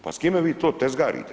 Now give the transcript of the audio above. Pa s kime vi to tezgarite?